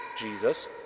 Jesus